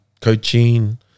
coaching